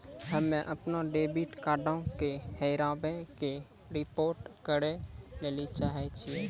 हम्मे अपनो डेबिट कार्डो के हेराबै के रिपोर्ट करै लेली चाहै छियै